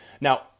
now